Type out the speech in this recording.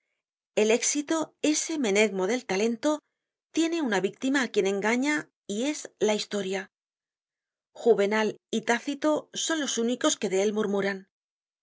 el éxito ese meneemo del talento tiene una víctima á quien engaña y es la historia juvenal y tácito son los únicos que de él murmuran en